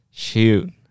Shoot